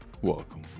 Welcome